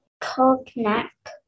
cognac